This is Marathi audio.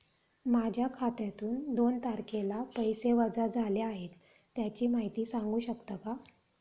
माझ्या खात्यातून दोन तारखेला पैसे वजा झाले आहेत त्याची माहिती सांगू शकता का?